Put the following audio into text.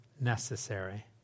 necessary